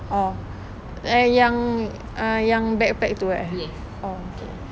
orh yang uh yang backpack tu eh orh K